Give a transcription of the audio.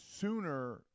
sooner